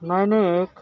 میں نے ایک